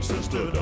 Sister